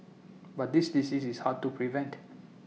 but this disease is hard to prevent